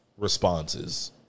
Responses